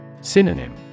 Synonym